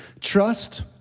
trust